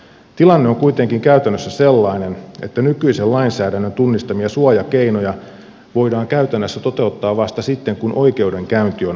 tilanne on kuitenkin käytännössä sellainen että nykyisen lainsäädännön tunnistamia suojakeinoja voidaan käytännössä toteuttaa vasta sitten kun oikeudenkäynti on alkanut